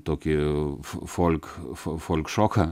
tokį folk folkšoką